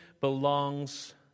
belongs